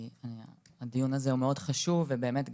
הדיון הזה הוא מאוד חשוב ובאמת,